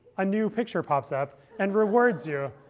a new picture pops up and rewards you.